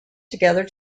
together